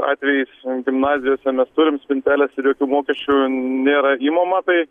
atvejis gimnazijose mes turim spinteles ir jokių mokesčių nėra imama tai